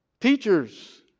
Teachers